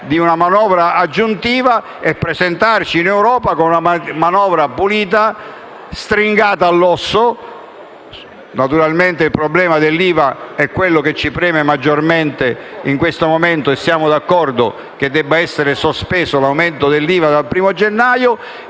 di una manovra aggiuntiva e presentarci con un manovra pulita e stringata all'osso. Naturalmente il problema dell'IVA è quello che ci preme maggiormente in questo momento e siamo d'accordo che ne debba essere sospeso l'aumento dal 1° gennaio;